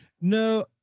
No